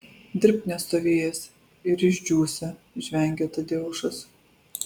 dirbk nestovėjęs ir išdžiūsi žvengia tadeušas